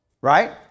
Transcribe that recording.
Right